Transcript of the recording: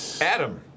Adam